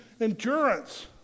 endurance